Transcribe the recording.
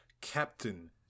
Captain